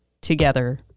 Together